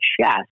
chest